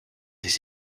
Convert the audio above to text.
des